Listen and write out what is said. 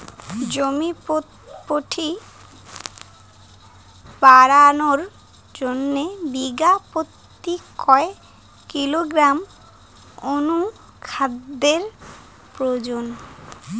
জমির পুষ্টি বাড়ানোর জন্য বিঘা প্রতি কয় কিলোগ্রাম অণু খাদ্যের প্রয়োজন?